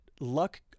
luck